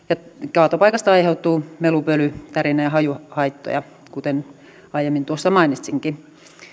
kaatopaikasta aiheutuu melu pöly tärinä ja hajuhaittoja kuten aiemmin tuossa mainitsinkin